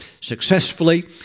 successfully